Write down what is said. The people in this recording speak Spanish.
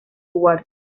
ward